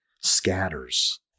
scatters